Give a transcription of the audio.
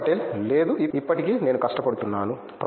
భక్తి పటేల్ లేదు ఇప్పటికీ నేను కష్టపడుతున్నాను